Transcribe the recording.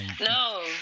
No